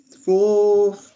Four